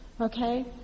Okay